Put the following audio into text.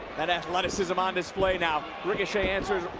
that athleticism on display now. ricochet answers,